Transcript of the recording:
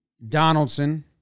Donaldson